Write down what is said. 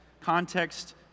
Context